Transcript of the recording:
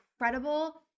incredible